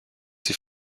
sie